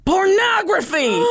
Pornography